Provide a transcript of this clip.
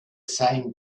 same